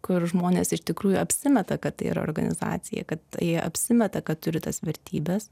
kur žmonės iš tikrųjų apsimeta kad tai yra organizacija kad jie apsimeta kad turi tas vertybes